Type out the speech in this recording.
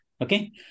Okay